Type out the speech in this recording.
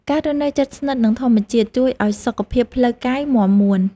ការរស់នៅជិតស្និទ្ធនឹងធម្មជាតិជួយឱ្យសុខភាពផ្លូវកាយមាំមួន។